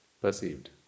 Perceived